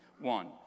one